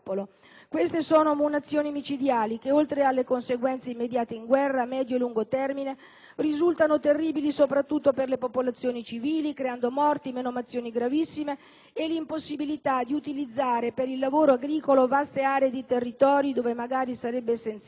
Queste sono munizioni micidiali, che oltre alle conseguenze immediate in guerra, a medio e lungo termine risultano terribili soprattutto per le popolazioni civili, creando morti, menomazioni gravissime e l'impossibilità di utilizzare per il lavoro agricolo vaste aree di territori dove magari sarebbe essenziale